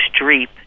Streep